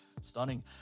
Stunning